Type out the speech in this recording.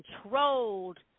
controlled